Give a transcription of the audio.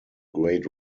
great